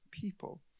people